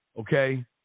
okay